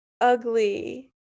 ugly